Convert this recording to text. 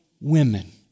women